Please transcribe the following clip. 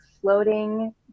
floating